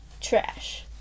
trash